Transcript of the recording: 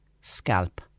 scalp